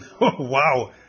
Wow